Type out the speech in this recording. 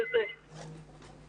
ייכנסו גם הן